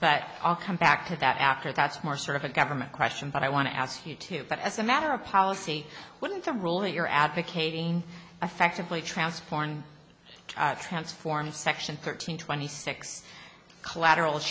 but i'll come back to that after that's more sort of a government question but i want to ask you too but as a matter of policy wouldn't the rule you're advocating effectively transformed transform section thirteen twenty six collateral